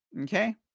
Okay